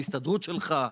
ההסתדרות שלחה.